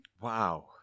Wow